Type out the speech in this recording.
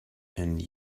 and